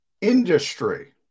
industry